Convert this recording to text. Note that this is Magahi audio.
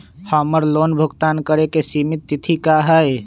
हमर लोन भुगतान करे के सिमित तिथि का हई?